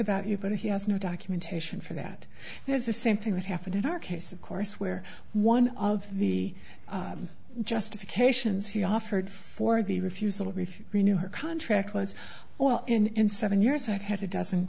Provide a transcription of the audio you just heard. about you but he has no documentation for that is the same thing that happened in our case of course where one of the justifications he offered for for the refusal brief renew her contract was well in seven years i've had a dozen